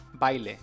Baile